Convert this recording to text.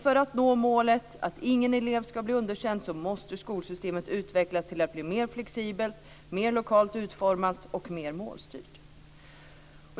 För att nå målet att ingen elev ska bli underkänd måste skolsystemet utvecklas till att bli mer flexibelt, mer lokalt utformat och mer målstyrt.